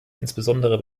insbesondere